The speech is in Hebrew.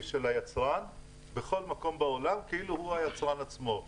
של היצרן בכל מקום בעולם כאילו הוא היצרן עצמו.